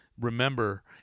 Remember